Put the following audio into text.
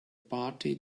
party